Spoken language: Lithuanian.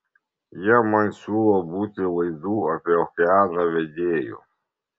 jie man siūlo būti laidų apie okeaną vedėju